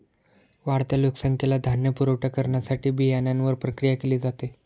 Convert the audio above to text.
वाढत्या लोकसंख्येला धान्य पुरवठा करण्यासाठी बियाण्यांवर प्रक्रिया केली जाते